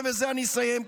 ובזה אני אסיים,